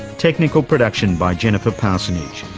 technical production by jennifer parsonage.